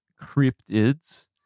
cryptids